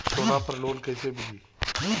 सोना पर loan कइसे मिलेला?